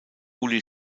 uli